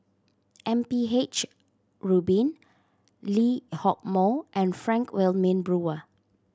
M P H Rubin Lee Hock Moh and Frank Wilmin Brewer